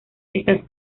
estas